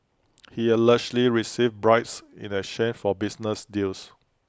he allegedly received bribes in A shame for business deals